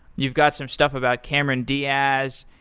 you've got some stuff about cameron diaz,